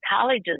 colleges